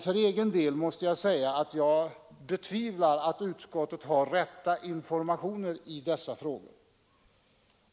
För egen del betvivlar jag emellertid att utskottet har fått rätt information i dessa frågor.